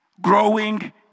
Growing